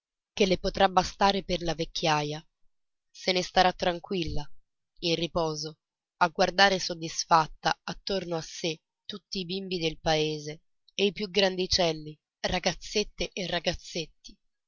che le potrà bastare per la vecchiaja se ne starà tranquilla in riposo a guardare soddisfatta attorno a sé tutti i bimbi del paese e i più grandicelli ragazzette e ragazzetti